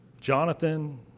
Jonathan